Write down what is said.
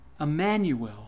Emmanuel